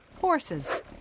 horses